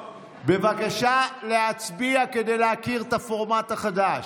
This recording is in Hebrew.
בבקשה להצביע כדי להכיר את הפורמט החדש.